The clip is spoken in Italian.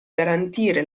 garantire